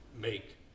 make